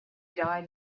died